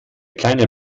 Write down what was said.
kleine